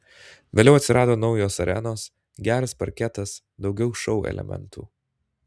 vėliau atsirado naujos arenos geras parketas daugiau šou elementų